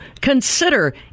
consider